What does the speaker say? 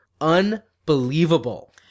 unbelievable